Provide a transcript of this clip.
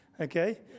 Okay